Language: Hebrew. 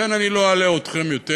לכן אני לא אלאה אתכם יותר.